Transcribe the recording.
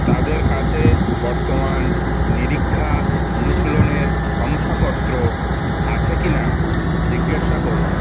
তাদের কাছে বর্তমান নিরীক্ষা অনুশীলনের শংসাপত্র আছে কি না জিজ্ঞাসা করুন